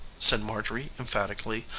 said marjorie emphatically.